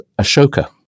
Ashoka